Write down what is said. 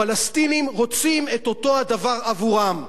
הפלסטינים רוצים את אותו הדבר עבורם.